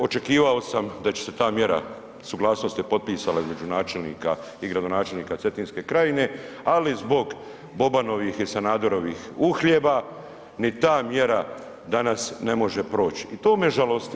Očekivao sam da će se ta mjera, suglasnost je potpisana između načelnika i gradonačelnika Cetinske krajine, ali zbog Bobanovih i Sanaderovih uhljeba ni ta mjera danas ne može proći i to me žalosti.